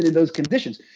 those conditions.